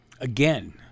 again